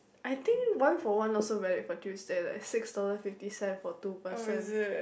I think one for one also valid for Tuesday leh six dollar fifty cent for two person